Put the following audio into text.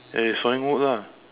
eh sawing wood lah